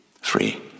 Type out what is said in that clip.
Free